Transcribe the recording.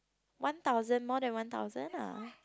one thousand more than one thousand uh